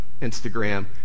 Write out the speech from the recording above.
Instagram